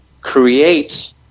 create